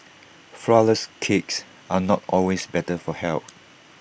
Flourless Cakes are not always better for health